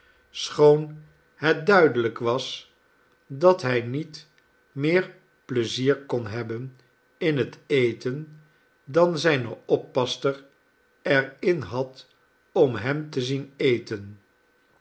schoon het duidelijk was dat hij niet meer pleizier kon hebben in het eten dan zijne oppasster er in had om hem te zien eten